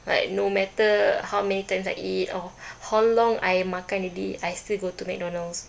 like no matter how many times I eat or how long I makan already I still go to McDonald's